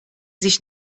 sich